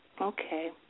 Okay